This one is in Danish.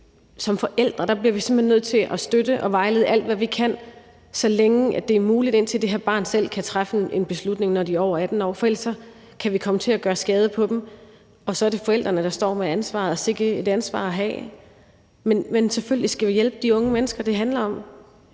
som forældre bliver vi simpelt hen nødt til at støtte og vejlede alt, hvad vi kan, så længe det er muligt, indtil det her barn selv kan træffe en beslutning, når det er over 18 år. For ellers kan man komme til at gøre skade på dem, og så er det forældrene, der står med ansvaret, og sikke et ansvar at have. Men selvfølgelig skal vi hjælpe de unge mennesker, det handler om.